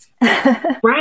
Right